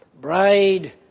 bride